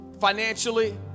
financially